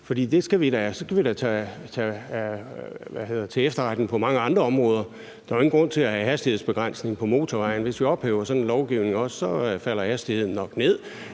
for så skal vi da tage det til efterretning på mange andre områder. Der er jo ingen grund til at have hastighedsbegrænsning på motorvejene; hvis vi ophæver sådan en lovgivning, sænkes hastigheden nok,